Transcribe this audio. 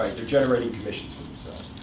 they're generating commissions for themselves.